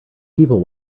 people